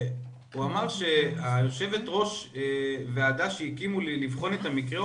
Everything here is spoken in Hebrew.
הוא אמר שהיושבת ראש וועדה שהקימו לבחון את המקרה,